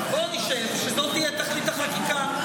בוא נשב, שזאת תהיה תכלית החקיקה.